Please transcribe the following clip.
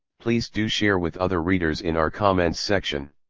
please do share with other readers in our comments section.